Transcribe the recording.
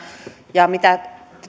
ja mitä